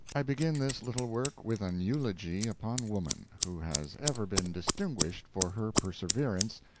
i begin this little work with an eulogy upon woman, who has ever been distinguished for her perseverance,